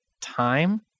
time